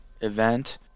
event